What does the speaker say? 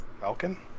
Falcon